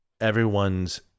everyone's